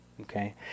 okay